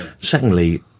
Secondly